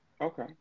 Okay